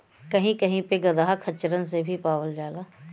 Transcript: कही कही पे गदहा खच्चरन से भी पावल जाला